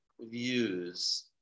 views